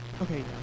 Okay